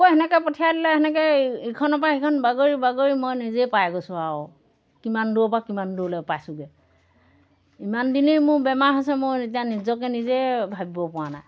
আকৌ তেনেকৈ পঠিয়াই দিলে তেনেকৈ ইখনৰ পৰা সিখন বাগৰি বাগৰি মই নিজেই পাই গৈছোঁ আৰু কিমান দূৰৰ পৰা কিমান দূৰলৈ পাইছোঁগৈ ইমান দিনেই মোৰ বেমাৰ হৈছে মোৰ এতিয়া নিজকে নিজে ভাবিব পৰা নাই